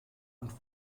und